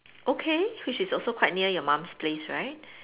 okay which is also quite near your mom's place right